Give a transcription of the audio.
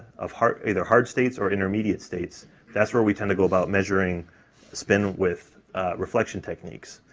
of hard either hard states or intermediate states that's where we tend to go about measuring spin with reflection techniques.